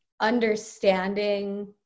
understanding